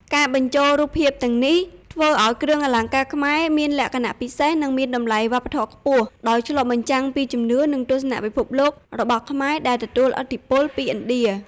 ការបញ្ចូលរូបភាពទាំងនេះ ធ្វើឱ្យគ្រឿងអលង្ការខ្មែរមានលក្ខណៈពិសេស និងមានតម្លៃវប្បធម៌ខ្ពស់ ដោយឆ្លុះបញ្ចាំងពីជំនឿ និងទស្សនៈពិភពលោករបស់ខ្មែរដែលទទួលឥទ្ធិពលពីឥណ្ឌា។